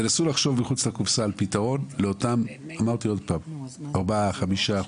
תנסו לחשוב מחוץ לקופסה על פתרון לאותם 4%, 5%,